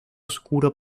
oscuro